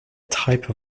type